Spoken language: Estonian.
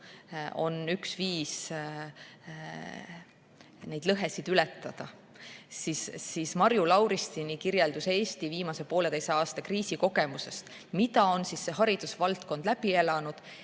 on üks viise neid lõhesid ületada, siis Marju Lauristin kirjeldas Eesti viimase poolteise aasta kriisikogemust, seda, mida on haridusvaldkond läbi elanud